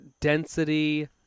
density